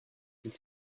ils